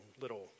little